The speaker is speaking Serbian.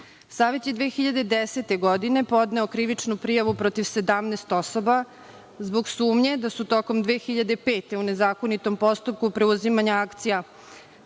je 2010. godine podneo krivičnu prijavu protiv 17 osoba, zbog sumnje da su 2005. godine u nezakonitom postupku preuzimanja akcija